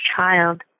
child